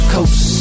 Coast